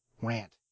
Rant